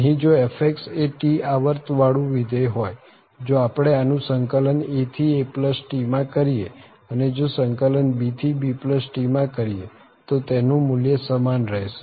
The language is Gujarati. અહી જો f એ T આવર્ત વાળું વિધેય હોય જો આપણે આનું સંકલન a થી aT માં કરીએ અને જો સંકલન b થી bT માં કરીએ તો તેનું મુલ્ય સમાન રહશે